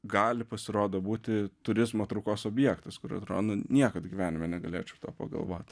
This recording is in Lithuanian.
gali pasirodo būti turizmo traukos objektas kur atrodo nu niekad gyvenime negalėčiau to pagalvot